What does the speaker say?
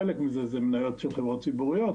חלק מזה הן מניות של חברות ציבוריות,